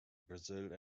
brazil